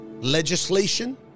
legislation